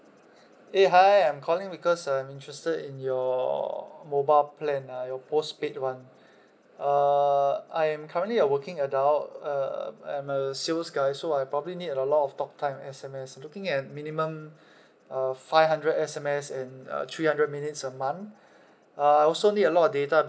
eh hi I'm calling because I'm interested in your mobile plan ah your postpaid [one] uh I am currently a working adult uh I'm a sales guy so I probably need a lot of talk time and S_M_S looking at minimum uh five hundred S_M_S and uh three hundred minutes a month uh I also need a lot of data